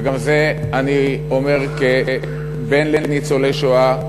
וגם את זה אני אומר כבן לניצולי שואה,